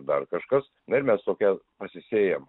dar kažkas bet mes tokie pasisėjam